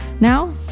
Now